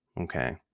Okay